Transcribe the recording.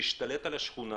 שהשתלט על השכונה,